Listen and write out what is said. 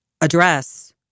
address